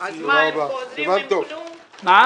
הישיבה ננעלה בשעה 10:42.